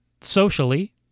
socially